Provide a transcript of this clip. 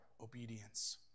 obedience